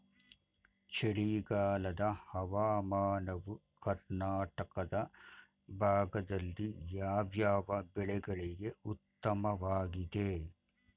ಚಳಿಗಾಲದ ಹವಾಮಾನವು ಕರ್ನಾಟಕದ ಭಾಗದಲ್ಲಿ ಯಾವ್ಯಾವ ಬೆಳೆಗಳಿಗೆ ಉತ್ತಮವಾಗಿದೆ?